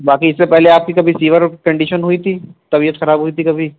باقی اس سے پہلے آپ کی کبھی فیور کنڈیشن ہوئی تھی طبیعت خراب ہوئی تھی کبھی